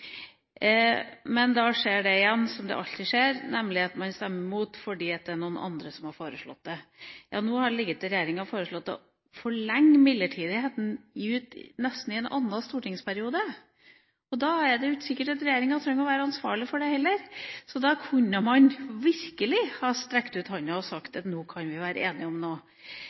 Men da skjer det igjen som alltid skjer, nemlig at man stemmer imot fordi det er noen andre som har foreslått det. Ja, nå har regjeringa foreslått å forlenge den midlertidige ordninga ut neste stortingsperiode, og da er det jo ikke sikkert at regjeringa trenger å være ansvarlig for det heller. Da kunne man virkelig ha strukket ut handa og sagt at nå kan vi være enige om noe.